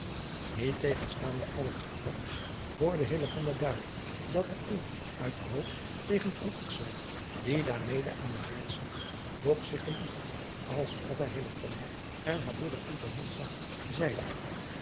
iettegenstaande al het gedruisch hoode duidelijk dat er een uit de hoop tegen die daar mede aan den haard zat doch zich geliet als of hij en haar broeder niet zag zeide